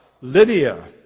Lydia